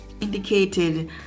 indicated